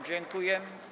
Dziękuję.